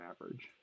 average